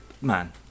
man